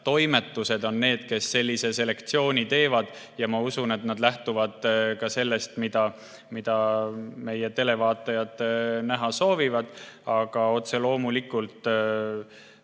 toimetused on need, kes sellise selektsiooni teevad, ja ma usun, et nad lähtuvad ka sellest, mida meie televaatajad näha soovivad. Otse loomulikult